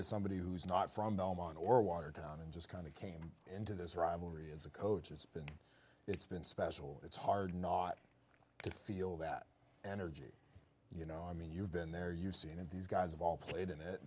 as somebody who's not from belmont or watertown and just kind of came into this rivalry as a coach it's been it's been special it's hard not to feel that energy you know i mean you've been there you've seen and these guys have all played in it